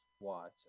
Watch